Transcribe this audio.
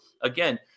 again